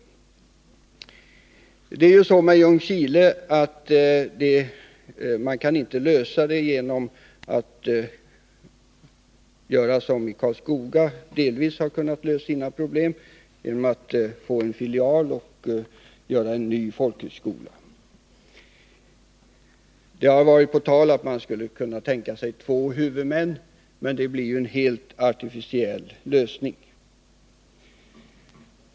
Det är ju så att man inte kan lösa problemet för Ljungskiles del genom att göra som man gjort i Karlskoga, där man delvis löst sina problem genom att inrätta en filial och därmed en ny folkhögskola. Det har varit på tal att man skulle kunna tänka sig två huvudmän, men det skulle bli en helt artificiell lösning.